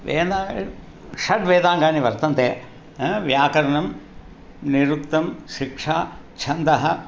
vena षड्वेदाङ्गानि वर्तन्ते हा व्याकरणं निरुक्तं शिक्षा छन्दः